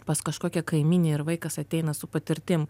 pas kažkokią kaimynę ir vaikas ateina su patirtim